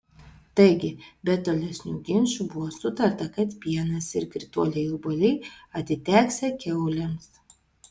taigi be tolesnių ginčų buvo sutarta kad pienas ir krituoliai obuoliai atiteksią kiaulėms